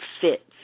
fits